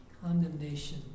condemnation